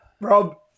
Rob